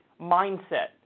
mindset